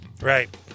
Right